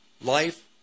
life